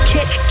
Kick